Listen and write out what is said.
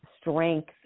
strength